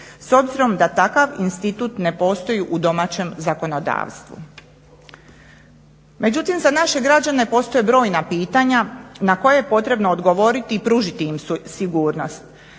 s obzirom da takav institut ne postoji u domaćem zakonodavstvu. Međutim, za naše građane postoje brojna pitanja na koja je potrebno odgovoriti i pružiti im sigurnost.